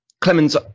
Clemens